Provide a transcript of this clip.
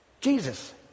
Jesus